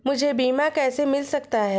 मुझे बीमा कैसे मिल सकता है?